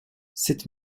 sept